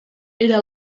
era